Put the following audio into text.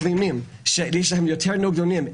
מחלימים שיש להם יותר נוגדנים,